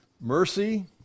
Mercy